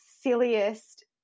silliest